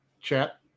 chat